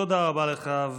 תודה רבה לך.